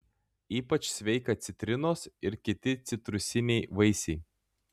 ypač sveika citrinos ir kiti citrusiniai vaisiai